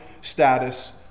status